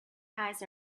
eyes